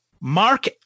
Mark